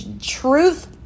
truth